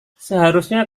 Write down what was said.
seharusnya